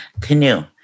canoe